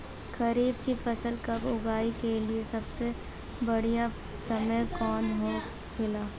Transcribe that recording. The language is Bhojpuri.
खरीफ की फसल कब उगाई के लिए सबसे बढ़ियां समय कौन हो खेला?